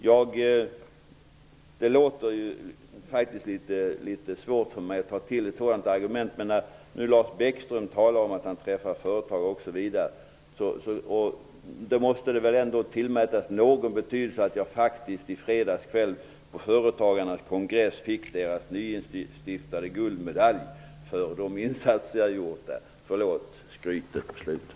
Lars Bäckström talade om att han träffar företagare. Även om det är litet svårt för mig att anföra det som ett argument, vill jag ändå säga att det väl måste tillmätas någon betydelse att jag på Företagarnas kongress förra fredagen fick deras nyinstiftade guldmedalj för de insatser jag gjort. Förlåt detta skryt på slutet!